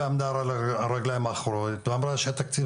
ועמדה על רגליים האחוריות ואמרה שהתקציב